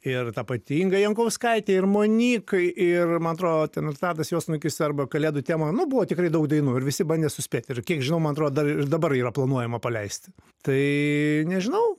ir ta pati inga jankauskaitė ir monyk ir man andro ten ir tadas juodsnukis arba kalėdų tema nu buvo tikrai daug dainų ir visi bandė suspėt ir kiek žinau man atro dar dabar yra planuojama paleisti tai nežinau